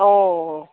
অঁ